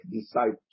disciples